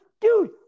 dude